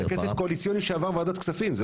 זה כסף קואליציוני שעבר ועדת כספים.